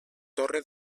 torre